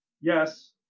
Yes